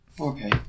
Okay